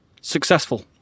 successful